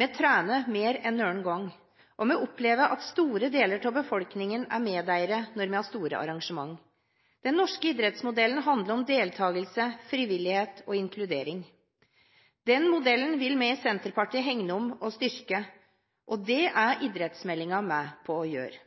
Vi trener mer enn noen gang, og vi opplever at store deler av befolkningen er medeiere når vi har store arrangement. Den norske idrettsmodellen handler om deltakelse, frivillighet og inkludering. Den modellen vil vi i Senterpartiet hegne om og styrke. Det er idrettsmeldingen med på å gjøre.